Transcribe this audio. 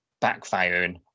backfiring